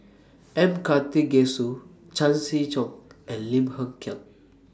M Karthigesu Chan Chee Seng and Lim Hng Kiang